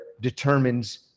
determines